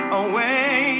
away